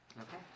Okay